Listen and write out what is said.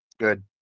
Good